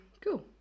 cool